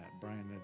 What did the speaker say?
Brian